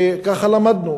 שככה למדנו,